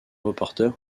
reporter